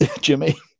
Jimmy